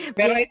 Pero